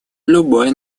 любое